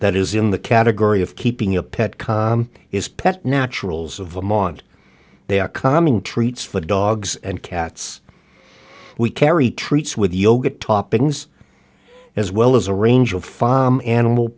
that is in the category of keeping a pet calm is pet naturals of vermont they are calming treats for dogs and cats we carry treats with yogurt toppings as well as a range of five animal